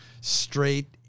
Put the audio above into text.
straight